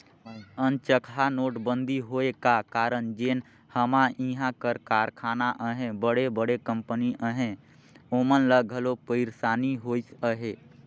अनचकहा नोटबंदी होए का कारन जेन हमा इहां कर कारखाना अहें बड़े बड़े कंपनी अहें ओमन ल घलो पइरसानी होइस अहे